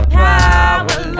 power